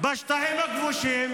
בשטחים הכבושים.